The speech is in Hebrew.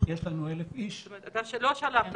ילך